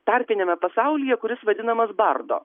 tarpiniame pasaulyje kuris vadinamas bardo